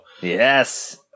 Yes